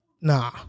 Nah